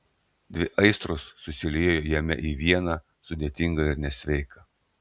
dvi aistros susiliejo jame į vieną sudėtingą ir nesveiką